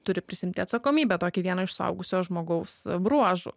turi prisiimti atsakomybę tokį vieną iš suaugusio žmogaus bruožų